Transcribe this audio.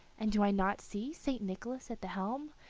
and do i not see st. nicholas at the helm?